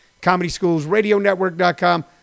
ComedySchoolsRadioNetwork.com